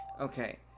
Okay